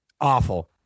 Awful